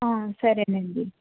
సరే అండి